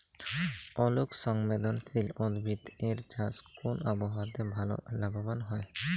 আলোক সংবেদশীল উদ্ভিদ এর চাষ কোন আবহাওয়াতে ভাল লাভবান হয়?